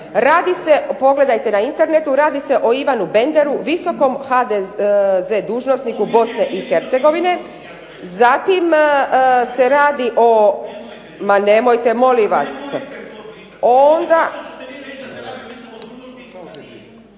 radi se pogledajte na internetu radi se o Ivanu Benderu visokom HDZ dužnosniku Bosni i Hercegovine zatim se radi. Ma nemojte molim vas. ...